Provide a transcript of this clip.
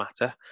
matter